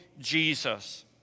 Jesus